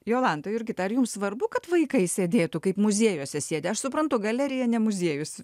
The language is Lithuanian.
jolanta jurgita ar jums svarbu kad vaikai sėdėtų kaip muziejuose sėdi aš suprantu galerija ne muziejus